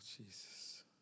Jesus